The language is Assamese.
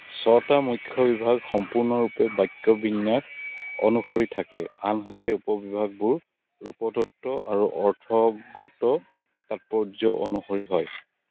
ছয়টা মুখ্য বিভাগ সম্পূৰ্ণৰূপে বাক্যবিন্যাস অনুসৰি থাকে আনহাতে উপ বিভাগবোৰ ৰূপতত্ত্ব আৰু অৰ্থগত তাৎপৰ্য অনুসৰি হয়